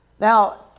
now